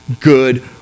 good